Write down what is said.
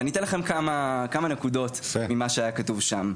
ואני אתן לכם כמה נקודות ממה שהיה כתוב שם.